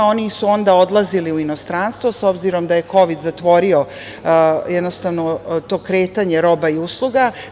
Oni su onda odlazili u inostranstvo, s obzirom da je kovid zatvorio to kretanje roba i usluga.